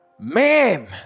Man